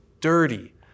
dirty